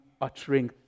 uttering